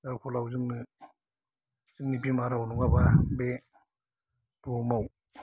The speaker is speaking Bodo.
जार फलाव जोंनो जोंनि बिमा राव नङाबा बे बुहुमाव